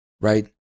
right